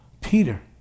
Peter